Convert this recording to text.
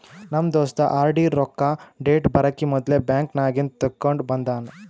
ನಮ್ ದೋಸ್ತ ಆರ್.ಡಿ ರೊಕ್ಕಾ ಡೇಟ್ ಬರಕಿ ಮೊದ್ಲೇ ಬ್ಯಾಂಕ್ ನಾಗಿಂದ್ ತೆಕ್ಕೊಂಡ್ ಬಂದಾನ